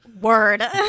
Word